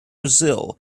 brasil